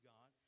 God